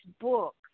book